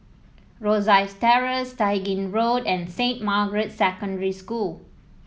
Rosyth Terrace Tai Gin Road and Saint Margaret's Secondary School